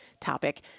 topic